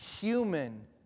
human